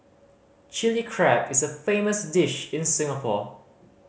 Chilli Crab is a famous dish in Singapore